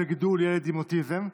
של גידול ילד עם אוטיזם.